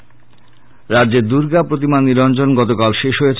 ভাসান রাজ্যে দূর্গা প্রতিমা নিরঞ্জন গতকাল শেষ হয়েছে